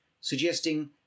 suggesting